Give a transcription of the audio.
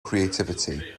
creativity